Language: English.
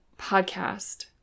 podcast